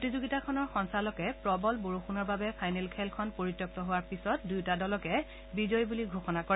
প্ৰতিযোগিতাখনৰ সঞ্চালকে প্ৰবল বৰষুণৰ বাবে ফাইনেল খেলখন পৰিত্যক্ত হোৱাৰ পিছত দুয়োটা দলকে বিজয়ী বুলি ঘোষণা কৰে